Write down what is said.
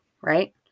right